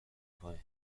پایین